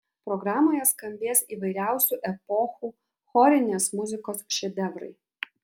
programoje skambės įvairiausių epochų chorinės muzikos šedevrai